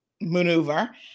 maneuver